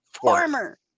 Former